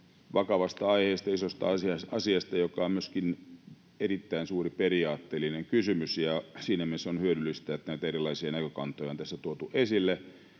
vakavasta aiheesta, isosta asiasta, joka on myöskin erittäin suuri periaatteellinen kysymys. Siinä mielessä on hyödyllistä, että näitä erilaisia näkökantoja on tässä tuotu esille,